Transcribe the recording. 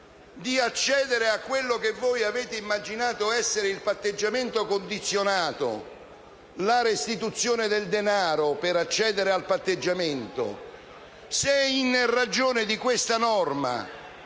di accedere a quello che voi avete immaginato essere il patteggiamento condizionato, la restituzione del denaro per accedere al patteggiamento, se in ragione di questa norma,